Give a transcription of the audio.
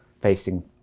facing